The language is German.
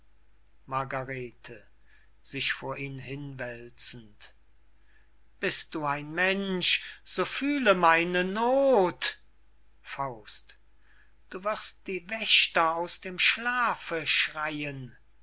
bist du ein mensch so fühle meine noth du wirst die wächter aus dem schlafe schreyen